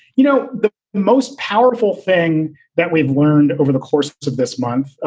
you know, the most powerful thing that we've learned over the course of this month,